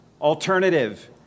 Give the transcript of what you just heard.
alternative